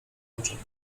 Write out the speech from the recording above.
oczach